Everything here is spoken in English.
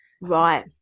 right